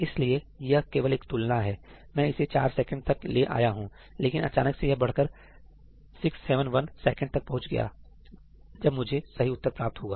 इसलिए यह केवल एक तुलना है मैं इसे 4 सेकंड तक ले आया हूं लेकिन अचानक से यह बढ़कर 671 सेकंड तक पहुंच गया जब मुझे सही उत्तर प्राप्त हुआ